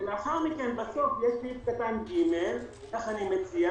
ולאחר מכן בסעיף יהיה סעיף קטן (ג) כך אני מציע